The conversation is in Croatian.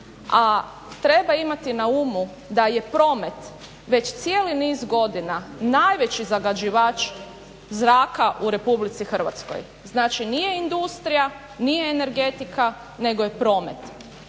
a treba imati na umu da je promet već cijeli niz godina najveći zagađivač zraka u Republici Hrvatskoj, znači nije industrija, nije energetika nego je promet